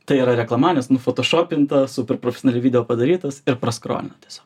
tai yra reklama nes nufotošopinta super profesionaliai video padarytas ir praskrolina tiesiog